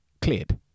cleared